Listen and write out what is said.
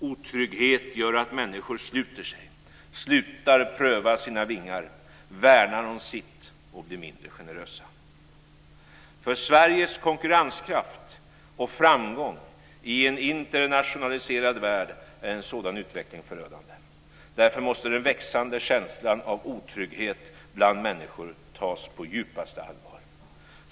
Otrygghet gör att människor sluter sig, slutar pröva sina vingar, värnar om sitt och blir mindre generösa. För Sveriges konkurrenskraft och framgång i en internationaliserad värld är en sådan utveckling förödande. Därför måste den växande känslan av otrygghet bland människor tas på djupaste allvar.